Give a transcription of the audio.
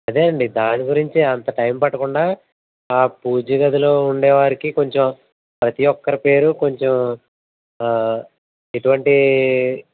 అదే అండి దాని గురించే అంత టైం పట్టకుండా ఆ పూజ గదిలో ఉండే వారికి కొంచెం ప్రతి ఒక్కరి పేరు కొంచెం ఎటువంటి